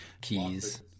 keys